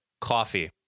Coffee